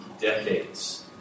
decades